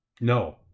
no